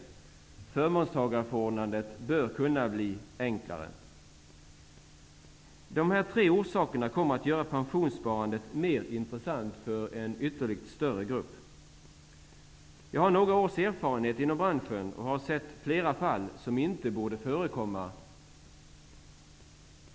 Förmånstagarförordnandet bör kunna bli enklare. De här tre orsakerna kommer att göra pensionssparandet mer intressant för en ännu större grupp. Jag har några års erfarenhet inom branschen och har sett flera fall som inte borde förekomma.